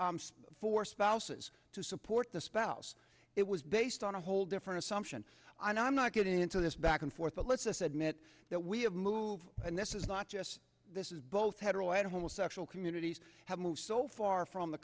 for spouses to support the spouse it was based on a whole different assumption i know i'm not getting into this back and forth but let's admit that we have moved and this is not just this is both federal and homosexual communities have moved so far from the